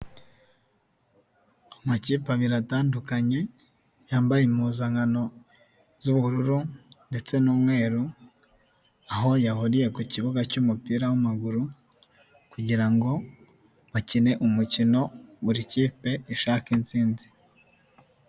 Amakipe abiri atandukanye yambaye impuzankan z'ubururu ndetse n'umweru, aho yahuriye ku kibuga cy'umupira w'amaguru kugira ngo bakine umukino buri kipe ishake intsinzi.